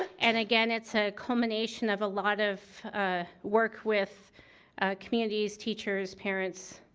and again, it's a culmination of a lot of work with communities, teachers, parents,